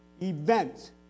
event